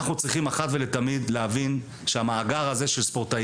אנחנו צריכים להבין אחת ולתמיד שמאגר הספורטאים,